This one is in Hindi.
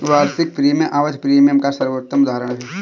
वार्षिक प्रीमियम आवधिक प्रीमियम का सर्वोत्तम उदहारण है